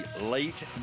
late